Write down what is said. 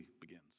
begins